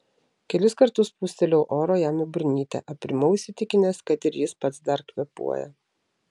kelis kartus pūstelėjau oro jam į burnytę aprimau įsitikinęs kad ir jis pats dar kvėpuoja